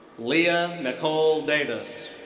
leah nicole davis.